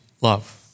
love